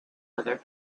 other